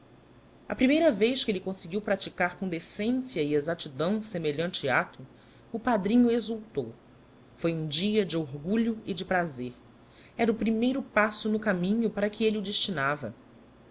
a primeira vez que elle conseguiu praticar com decência e exactidão semelhante acto o padrinho exultou foi um dia de orgulho e de prazer era o primeiro passo no caminho para que elle o destinava